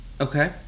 Okay